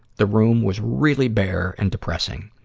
the room was really bare and depressing.